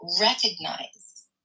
recognize